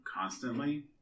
constantly